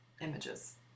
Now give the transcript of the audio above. images